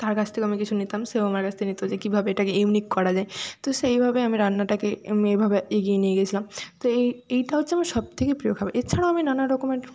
তার কাছ থেকেও আমি কিছু নিতাম সেও আমার কাছ থেকে নিতো যে কীভাবে এটাকে ইউনিক করা যায় তো সেইভাবে আমি রান্নাটাকে এমনি এভাবে এগিয়ে নিয়ে গিয়েছিলাম তো এই এইটা হচ্ছে আমার সব থেকে প্রিয় খাবার এছাড়াও আমি নানা রকমের